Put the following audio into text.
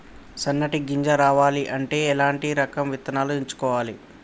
సన్నటి గింజ రావాలి అంటే ఎలాంటి రకం విత్తనాలు ఎంచుకోవాలి?